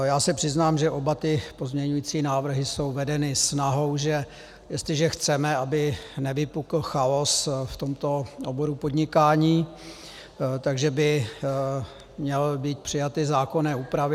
Já se přiznám, že oba pozměňující návrhy jsou vedeny snahou, že jestliže chceme, aby nevypukl chaos v tomto oboru podnikání, tak by měly být přijaty zákonné úpravy.